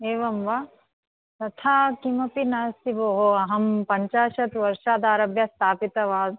एवं वा तथा किमपि नास्ति भोः अहं पञ्चाशत् वर्षादारभ्य स्थापितवान्